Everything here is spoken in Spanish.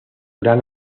gran